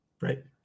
right